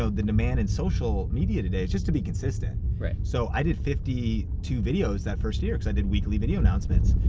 so the demand in social media today is just to be consistent. so i did fifty two videos that first year because i did weekly video announcements.